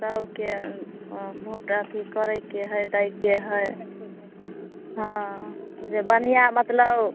सभके भोट अथी करैके हइ दैके हइ हँ जे बढ़िआँ मतलब